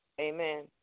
Amen